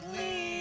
leave